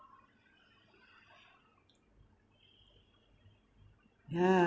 yeah